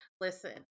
listen